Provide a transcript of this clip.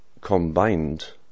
Combined